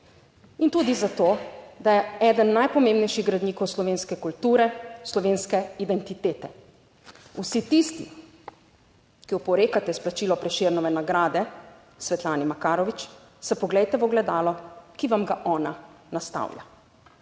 In tudi za to, da je eden najpomembnejših gradnikov slovenske kulture, slovenske identitete. Vsi tisti, ki oporekate izplačilo Prešernove nagrade Svetlane Makarovič, se poglejte v ogledalo, ki vam ga ona nastavlja.